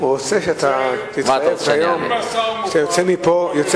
הוא רוצה שתתחייב היום, כשאתה יוצא מפה,